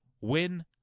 win